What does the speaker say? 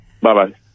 Bye-bye